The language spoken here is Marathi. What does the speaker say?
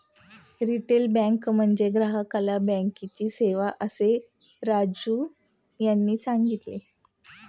रिटेल बँक म्हणजे ग्राहकाला बँकेची सेवा, असे राजीव यांनी सांगितले